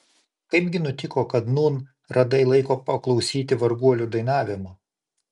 kaipgi nutiko kad nūn radai laiko paklausyti varguolių dainavimo